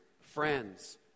friends